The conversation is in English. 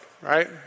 right